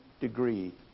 degree